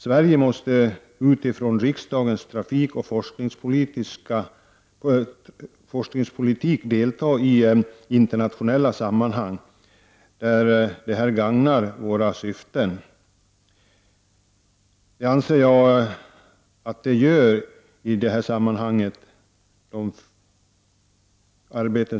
Sverige måste utifrån riksdagens trafikoch forskningspolitik delta i internationella sammanhang där detta gagnar våra syften. Det anser jag att det gör i det här sammanhanget.